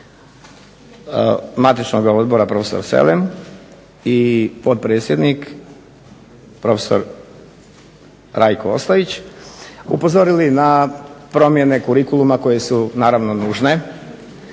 matičnoga odbora profesor Selem i potpredsjednik profesor Rajko Ostojić upozorili na promjene kurikuluma koje su naravno nužne.